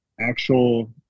actual